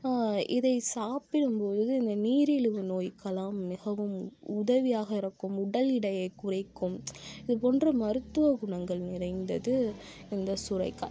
இதை சாப்பிடும் பொழுது இந்த நீரிழிவு நோய்க்கெல்லாம் மிகவும் உதவியாக இருக்கும் உடல் எடையை குறைக்கும் இது போன்ற மருத்துவ குணங்கள் நிறைந்தது இந்த சுரைக்காய்